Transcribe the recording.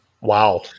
Wow